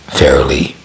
fairly